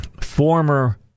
former